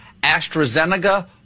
AstraZeneca